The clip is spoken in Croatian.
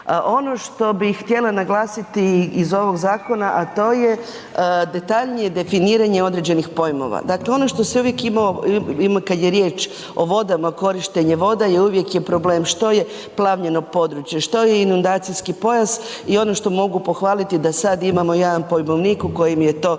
Ono što bi htjela naglasiti iz ovog zakona a to je detaljnije definiranje određenih pojmova. Dakle ono što si uvijek imao kad je riječ o vodama, o korištenju voda i uvijek je problem što je plavljeno područje, što je inundacijski pojas i ono što mogu pohvaliti da samo jedan pojmovnik u kojem je ti